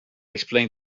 explained